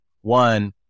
one